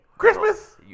Christmas